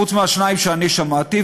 חוץ מהשניים שאני שמעתי,